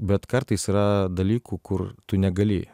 bet kartais yra dalykų kur tu negali